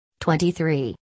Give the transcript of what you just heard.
23